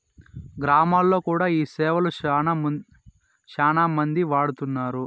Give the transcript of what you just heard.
గ్రామాల్లో కూడా ఈ సేవలు శ్యానా మందే వాడుతున్నారు